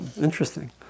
interesting